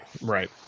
Right